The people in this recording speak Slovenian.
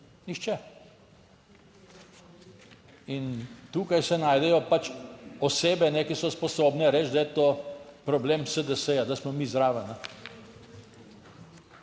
nihče. Tukaj se najdejo pač osebe, ki so sposobne reči, da je to problem SDS, da smo mi zraven.